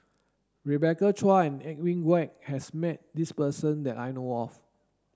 Rebecca Chua and Edwin Koek has met this person that I know of